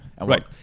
Right